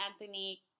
Anthony